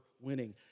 winning